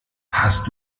hast